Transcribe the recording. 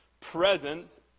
presence